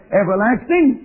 everlasting